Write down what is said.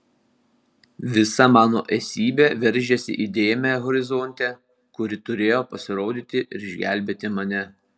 visa mano esybė veržėsi į dėmę horizonte kuri turėjo pasirodyti ir išgelbėti mane